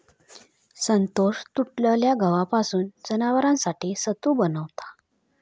संतोष तुटलेल्या गव्हापासून जनावरांसाठी सत्तू बनवता